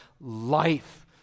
life